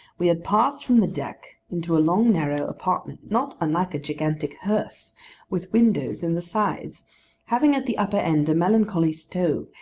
we had passed from the deck into a long narrow apartment, not unlike a gigantic hearse with windows in the sides having at the upper end a melancholy stove,